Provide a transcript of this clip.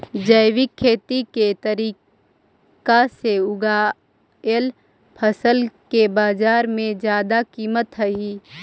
जैविक खेती के तरीका से उगाएल फसल के बाजार में जादा कीमत हई